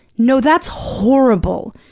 no, that's horrible.